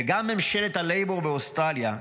וגם ממשלת הלייבור באוסטרליה,